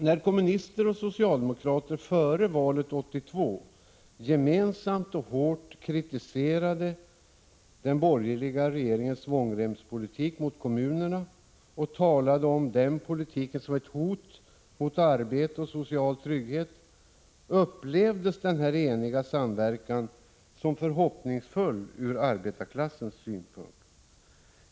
När kommunister och socialdemokrater före valet 1982 gemensamt och hårt kritiserade den borgerliga regeringens svångremspolitik mot kommunerna och talade om den politiken som ett hot mot arbete och social trygghet, upplevdes denna eniga samverkan som förhoppningsfull från arbetarklassens synpunkt.